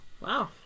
Wow